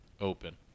open